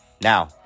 Now